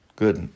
good